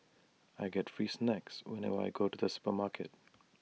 I get free snacks whenever I go to the supermarket